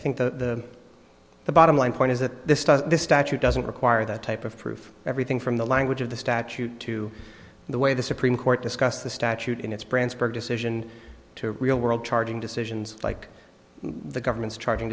think the the bottom line point is that this statute doesn't require that type of proof everything from the language of the statute to the way the supreme court discussed the statute in its branzburg decision to real world charging decisions like the government's charging